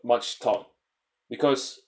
much talk because